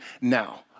now